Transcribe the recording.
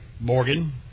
Morgan